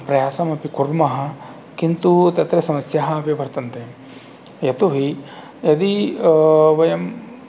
प्रयासमपि कुर्मः किन्तु तत्र समस्याः अपि वर्तन्ते यतोहि यदि वयं